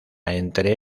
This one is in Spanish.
entre